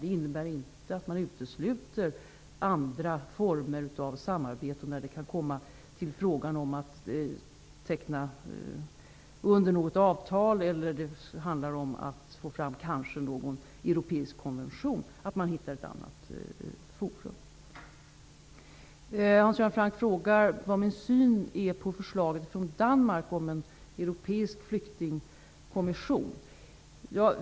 Det innebär inte att man utesluter andra former av samarbete när det kanske blir fråga om att underteckna något avtal eller att få fram en europeisk konvention. Då kan man hitta ett annat forum. Hans Göran Franck frågade vilken syn jag har på förslaget från Danmark om en europeisk flyktingkommission.